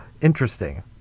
Interesting